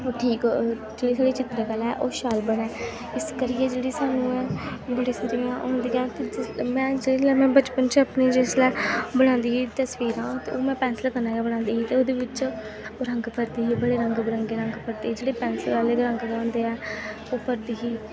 ओह् ठीक जेह्ड़ी साढ़ी चित्तरकला ऐ ओह् शैल बनै इस करियै जेह्ड़ी सानूं ऐं बड़ी सारियां होंदियां कि में जिसलै में बचपन च अपने जिसलै बनांदी ही तस्बीरां ते ओह् में पैंसल कन्नै गै बनांदी ही ते ओह्दे बिच्च रंग भरदी ही बड़े रंग बरंगे रंग भरदी ही जेह्ड़े पैंसल आह्ले गै रंग गै होंदा ऐं ओह् भरदी ही